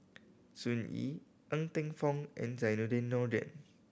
Sun Yee Ng Teng Fong and Zainudin Nordin